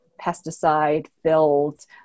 pesticide-filled